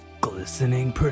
Glistening